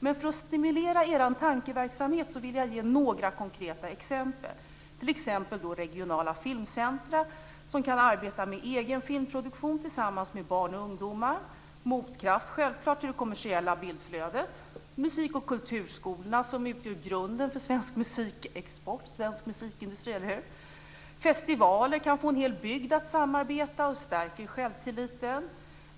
Men för att stimulera er tankeverksamhet vill jag ge några konkreta exempel. Det finns regionala filmcentra som kan arbeta med egen filmproduktion tillsammans med barn och ungdomar. Det kan vara en motkraft till det kommersiella bildflödet. Musik och kulturskolorna utgör grunden för svensk musikexport och svensk musikindustri. Festivaler kan få en hel bygd att samarbeta och stärker självtilliten.